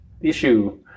issue